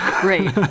Great